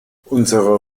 unsere